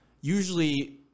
usually